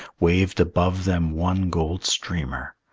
waved above them one gold streamer.